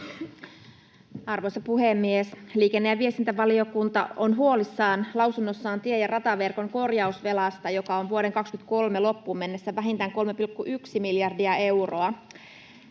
Arvoisa puhemies! Liikenne‑ ja viestintävaliokunta on huolissaan lausunnossaan tie‑ ja rataverkon korjausvelasta, joka on vuoden 2023 loppuun mennessä vähintään 3,1 miljardia euroa.